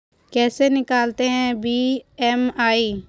कैसे निकालते हैं बी.एम.आई?